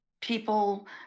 people